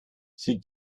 sie